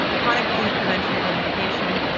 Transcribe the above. chronic disease prevention or mitigation,